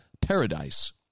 paradise